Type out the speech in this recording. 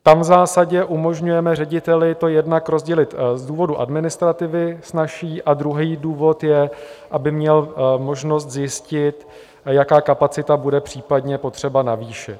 Tam v zásadě umožňujeme řediteli to jednak rozdělit z důvodu snazší administrativy a druhý důvod je, aby měl možnost zjistit, jakou kapacitu bude případně potřeba navýšit.